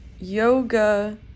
Yoga